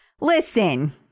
Listen